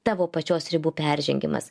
tavo pačios ribų peržengimas